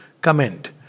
comment